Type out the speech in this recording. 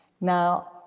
Now